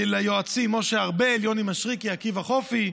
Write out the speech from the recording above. ליועצים משה ארבל, יוני משריקי, עקיבא חופי.